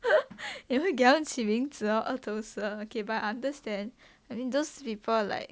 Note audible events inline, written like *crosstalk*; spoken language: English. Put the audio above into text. *laughs* 你会给他们起名字哦二头蛇:ni hui gei ta men qi ming zi otae er tou she okay but I understand I mean those people like *noise*